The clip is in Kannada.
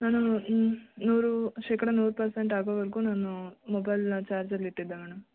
ನಾನು ಹ್ಞೂ ನೂರು ಶೇಕಡಾ ನೂರು ಪರ್ಸೆಂಟ್ ಆಗೋವರೆಗೂ ನಾನು ಮೊಬೈಲನ್ನ ಚಾರ್ಜಲ್ಲಿ ಇಟ್ಟಿದ್ದೆ ಮೇಡಮ್